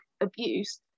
abuse